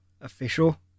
official